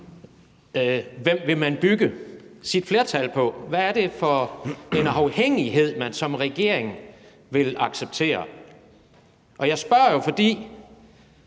hvem man vil bygge sit flertal på; hvad er det for en afhængighed, man som regering vil acceptere? Og jeg spørger jo, fordi